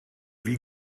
wie